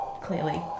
clearly